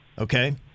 okay